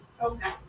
Okay